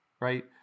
right